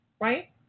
Right